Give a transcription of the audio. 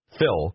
Phil